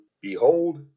Behold